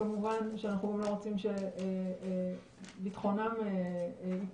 כמובן שאנחנו גם לא רוצים שביטחונם ייפגע,